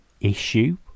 issue